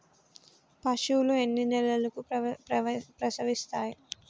పశువులు ఎన్ని నెలలకు ప్రసవిస్తాయి?